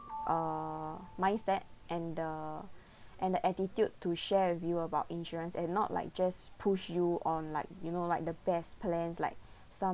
uh mindset and the and the attitude to share with you about insurance and not like just push you on like you know like the best plans like some